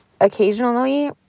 occasionally